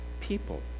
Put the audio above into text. people